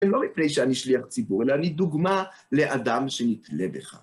ולא מפני שאני שליח ציבור, אלא אני דוגמה לאדם שנתלה בך.